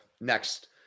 next